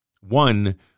One